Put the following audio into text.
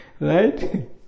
Right